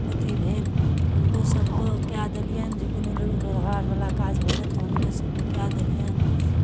अथी भेल तऽ हुनकोसभकेँ कए देलियनि जे कोनो लूरि व्यवहारवला काज भेलनि तऽ हुनकोसभके कए देलियनि